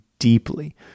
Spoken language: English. deeply